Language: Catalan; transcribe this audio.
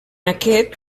aquest